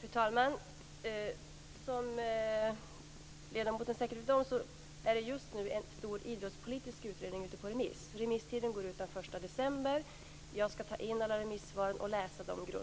Fru talman! Som ledamoten säkert vet är just nu en stor idrottspolitisk utredning ute på remiss. Remisstiden går ut den 1 december. Jag skall ta in alla remissvaren och grundligt läsa dem. Under nästa